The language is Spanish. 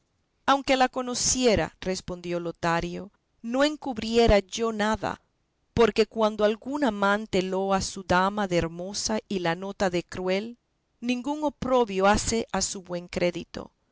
aunque la conociera respondió lotario no encubriera yo nada porque cuando algún amante loa a su dama de hermosa y la nota de cruel ningún oprobrio hace a su buen crédito